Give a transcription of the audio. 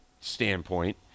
standpoint